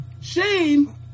Shane